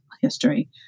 history